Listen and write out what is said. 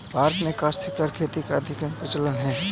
भारत में काश्तकारी खेती का अधिकांशतः प्रचलन है